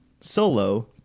solo